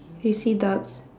do you see ducks